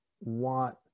want